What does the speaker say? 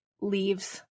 leaves